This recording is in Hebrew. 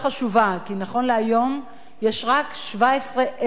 כי נכון להיום יש רק 17,000 מיטות